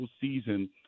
season